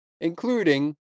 including